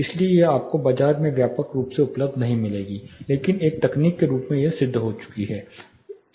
इसलिए यह आपको बाजार में व्यापक रूप से उपलब्ध नहीं है लेकिन एक तकनीक के रूप में यह सिद्ध हो चुका है